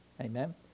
Amen